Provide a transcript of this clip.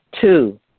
Two